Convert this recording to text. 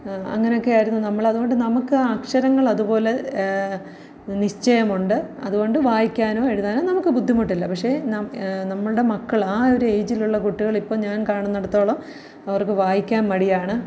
അങ്ങനൊക്കെ ആയിരുന്നു നമ്മൾ അതുകൊണ്ട് നമുക്ക് അക്ഷരങ്ങൾ അതുപോലെ നിശ്ചയമുണ്ട് അതുകൊണ്ട് വായിക്കാനും എഴുതാനും നമുക്ക് ബുദ്ധിമുട്ടില്ല പക്ഷേ നമ്മളുടെ മക്കൾ ആ ഒരു എയിജിലുള്ള കുട്ടികൾ ഇപ്പോൾ ഞാൻ കാണുന്നിടത്തോളം അവർക്ക് വായിക്കാൻ മടിയാണ്